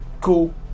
cool